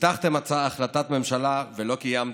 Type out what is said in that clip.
והבטחתם החלטת ממשלה ולא קיימתם.